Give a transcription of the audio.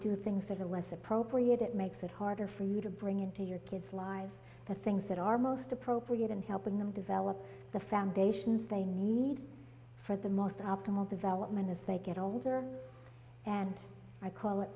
do things that are less appropriate it makes it harder for you to bring into your kids lives the things that are most appropriate and helping them develop the foundations they need for the most optimal development as they get older and i call it